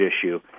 issue